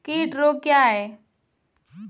कीट रोग क्या है?